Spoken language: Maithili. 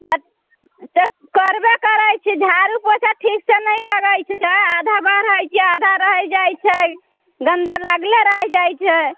तऽ तऽ करबे करै छी झाड़ू पोछा ठीकसँ नहि लगाइ छी आधा बहारैत छियै आधा रहि जाइत छै गन्दा लागले रहि जाइत छै